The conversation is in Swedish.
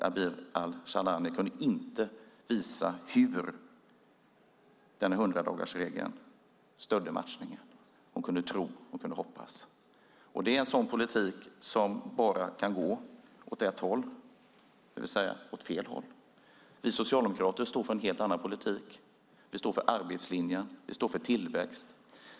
Abir Al-Sahlani kunde inte visa hur 100-dagarsregeln stöder matchningen. Hon kunde bara tro och hoppas. Det är en sådan politik som bara kan gå åt ett håll, det vill säga åt fel håll. Vi socialdemokrater står för en helt annan politik. Vi står för arbetslinjen. Vi står för tillväxt.